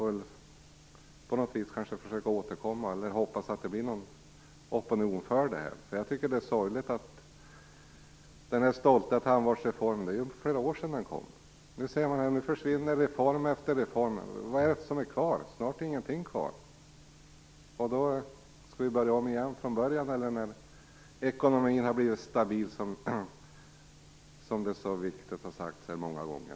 På något sätt får man försöka återkomma, och hoppas på att det blir en opinion för detta. Jag tycker att det är sorgligt att se den stolta tandvårdsreform som kom för flera år sedan mer och mer försvinna. Vad är det som är kvar av den? Snart ingenting. Skall vi börja om från början när ekonomin har blivit stabil, som det så viktigt har sagts här många gånger?